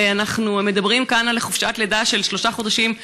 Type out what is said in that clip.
הרי אנחנו מדברים כאן על חופשת לידה של שלושה חודשים,